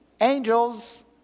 angels